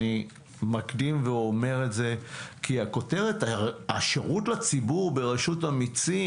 אני מקדים ואומר את זה כי הכותרת השירות לציבור ברשות המיסים,